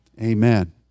Amen